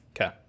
Okay